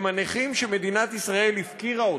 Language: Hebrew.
הם הנכים שמדינת ישראל הפקירה אותם,